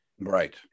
Right